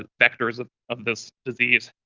ah vectors of of this disease.